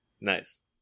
Nice